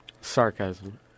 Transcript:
Sarcasm